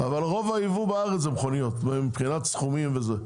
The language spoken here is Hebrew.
רוב הייבוא בארץ מבחינת סכומים זה מכוניות,